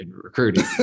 recruiting